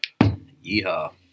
Yeehaw